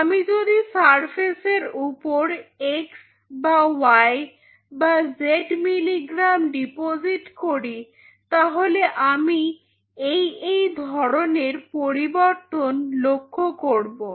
আমি যদি সারফেসের উপর এক্স বা ওয়াই বা জেড মিলিগ্রাম ডিপোজিট করি তাহলে আমি এই এই ধরনের পরিবর্তন লক্ষ্য করবো